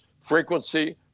frequency